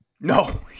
No